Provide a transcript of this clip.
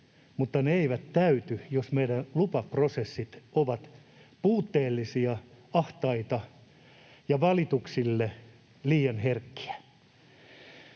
sillä ne eivät täyty, jos meidän lupaprosessit ovat puutteellisia, ahtaita ja valituksille liian herkkiä.